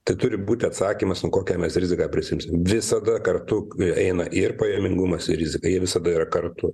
tai turi būti atsakymas nu kokią mes riziką prisiimsim visada kartu eina ir pajamingumas ir rizika jie visada yra kartu